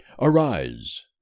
Arise